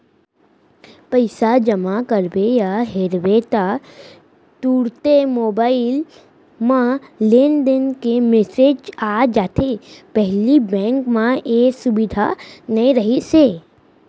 पइसा जमा करबे या हेरबे ता तुरते मोबईल म लेनदेन के मेसेज आ जाथे पहिली बेंक म ए सुबिधा नई रहिस हे